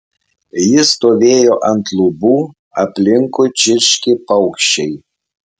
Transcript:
ji stovėjo ant lubų aplinkui čirškė paukščiai